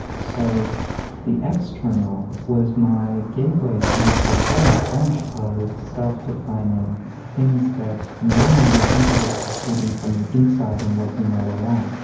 so the external was my gateway into a whole bunch of self-defining things that normally we'd think of as proceeding from the inside and working their way out